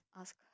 ask